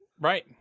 Right